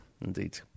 Indeed